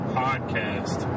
podcast